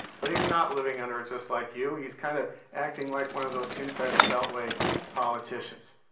but he's not living under it just like you. he's kind of acting like one of those inside the beltway politicians.